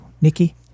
Nikki